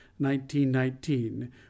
1919